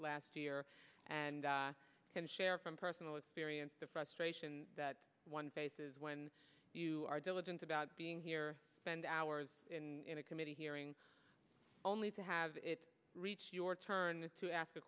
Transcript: last year and i can share from personal experience the frustration that one faces when you are diligent about being here spend hours in a committee hearing only to have your turn to ask a